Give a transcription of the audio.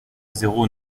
zéro